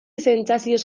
sentsazioz